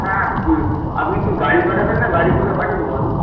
হ্যাঁ আপনি কি গাড়ি পাঠাবেন না গাড়ি করে পাঠিয়ে দেব আমি